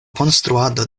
konstruado